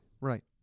right